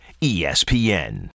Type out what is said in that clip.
ESPN